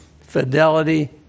fidelity